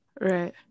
Right